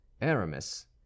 aramis